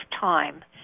time